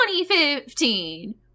2015